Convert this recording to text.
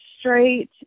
straight